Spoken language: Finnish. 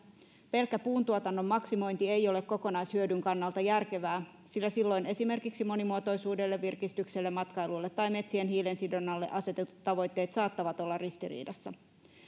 pelkkä puuntuotannon maksimointi ei ole kokonaishyödyn kannalta järkevää sillä silloin esimerkiksi monimuotoisuudelle virkistykselle matkailulle tai metsien hiilensidonnalle asetetut tavoitteet saattavat olla ristiriidassa